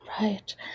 right